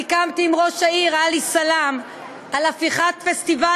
סיכמתי עם ראש העיר עלי סלאם על הפיכת פסטיבל